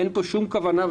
אין פה שום כוונה,